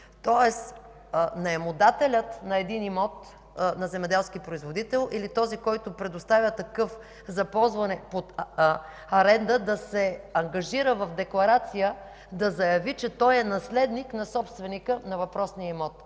тоест наемодателят на имот на земеделски производител, или този, който предоставя такъв за ползване под аренда, да се ангажира в декларация, да заяви, че той е наследник на собственика на въпросния имот.